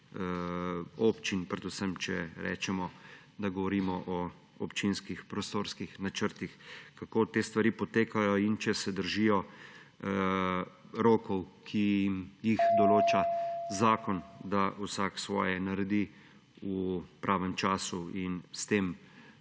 občin, predvsem če rečemo, da govorimo o občinskih prostorskih načrtih? Kako te stvari potekajo in če se držijo rokov, ki jim jih določa zakon, da vsak svoje naredi v pravem času in s tem